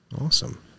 Awesome